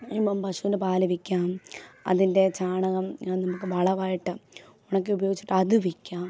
ഇപ്പം പശുവിൻ്റെ പാൽ വിൽക്കാം അതിൻ്റെ ചാണകം നമുക്ക് വളമായിട്ട് ഉണക്കി ഉപയോഗിച്ചിട്ട് അത് വിൽക്കാം